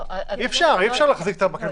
אי אפשר להחזיק את המקל בשני קצותיו.